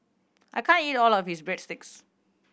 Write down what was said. I can't eat all of this Breadsticks